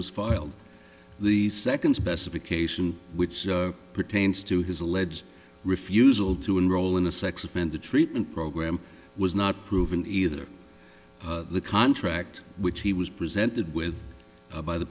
was filed the second specification which pertains to his alleged refusal to enroll in a sex offender treatment program was not proven either the contract which he was presented with by the